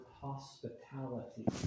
hospitality